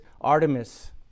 Artemis